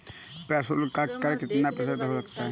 प्रशुल्क कर कितना प्रतिशत तक हो सकता है?